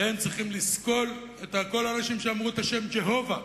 והם צריכים לסקול את כל האנשים שאמרו את השם Jehovah,